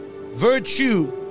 Virtue